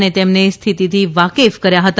અને તેમને સ્થિતિથી વાફેક કર્યા હતા